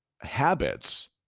habits